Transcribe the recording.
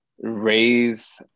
raise